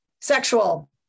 Sexual